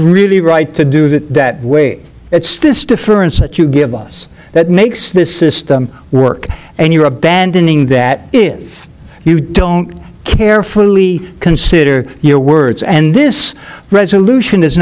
really right to do that that way it's this difference that you give us that makes this system work and you're abandoning that if you don't carefully consider your words and this resolution is